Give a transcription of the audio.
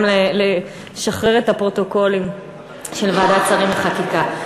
לשחרר את הפרוטוקולים של ועדת השרים לחקיקה.